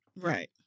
Right